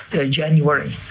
January